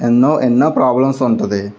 ఎన్నో ఎన్నో ప్రాబ్లమ్స్ ఉంటుంది